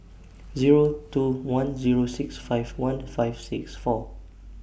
Zero two one Zero six five one five six four